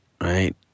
right